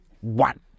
one